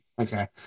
Okay